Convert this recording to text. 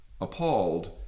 appalled